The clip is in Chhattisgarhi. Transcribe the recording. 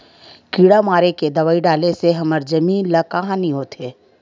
किड़ा मारे के दवाई डाले से हमर जमीन ल का हानि होथे?